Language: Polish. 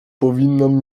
powinnam